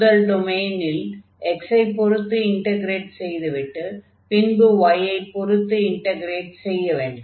முதல் டொமைனில் x ஐ பொருத்து இன்டக்ரேட் செய்துவிட்டு பின்பு y ஐ பொருத்து இன்டக்ரேட் செய்ய வேண்டும்